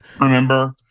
remember